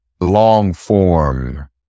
long-form